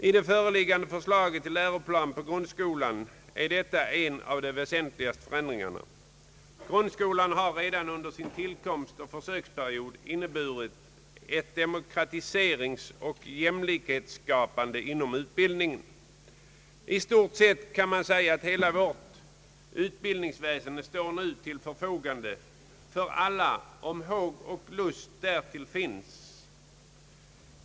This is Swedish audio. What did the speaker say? I det föreliggande förslaget till läroplan för grundskolan är detta en av de väsentligaste förändringarna. Grundskolan har redan under sin tillkomstoch försöksperiod inneburit ett demokratiseringsoch jämlikhetsskapande inom utbildningen. I stort sett kan man säga, att hela vårt utbildningsväsen står nu till förfogande för alla, om håg och lust finns.